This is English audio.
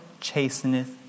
chasteneth